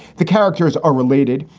the characters are related,